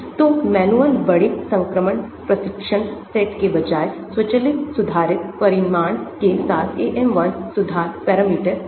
तो मैन्युअल बड़े संक्रमण प्रशिक्षण सेट के बजाय स्वचालित सुधारित परिमाण के साथ AM 1 सुधार पैरामीटर है